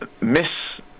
miss